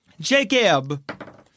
Jacob